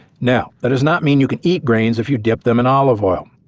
now that does not mean you can eat grains if you dip them in olive oil.